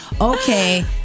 Okay